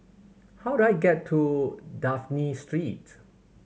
how do I get to Dafne Street